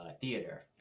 theater